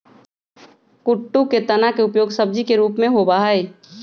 कुट्टू के तना के उपयोग सब्जी के रूप में होबा हई